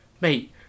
Mate